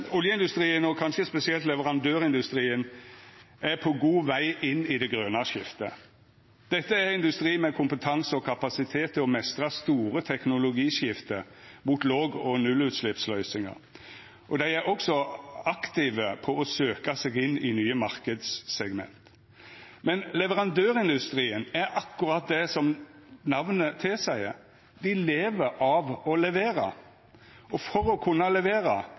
Oljeindustrien, og kanskje spesielt leverandørindustrien, er på god veg inn i det grøne skiftet. Dette er industri med kompetanse og kapasitet til å meistra store teknologiskifte mot låg- og nullutsleppsløysingar, og dei er òg aktive på å søkja seg inn i nye marknadssegment. Men leverandørindustrien er akkurat det som namnet tilseier: Dei lever av å levera. Og for å kunna levera